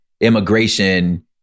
immigration